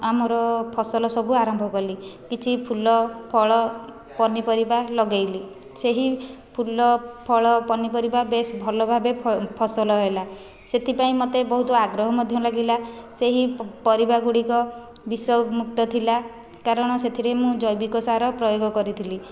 ଆମର ଫସଲ ସବୁ ଆରମ୍ଭ କଲି କିଛି ଫୁଲ ଫଳ ପନିପରିବା ଲଗାଇଲି ସେହି ଫୁଲ ଫଳ ପନିପରିବା ବେସ୍ ଭଲ ଭାବେ ଫସଲ ହେଲା ସେଥିପାଇଁ ମୋତେ ବହୁତ ଆଗ୍ରହ ମଧ୍ୟ ଲାଗିଲା ସେହି ପରିବା ଗୁଡ଼ିକ ବିଷମୁକ୍ତ ଥିଲା କାରଣ ସେଥିରେ ମୁଁ ଜୈବିକ ସାର ପ୍ରୟୋଗ କରିଥିଲି